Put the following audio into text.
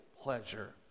pleasure